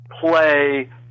play